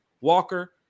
Walker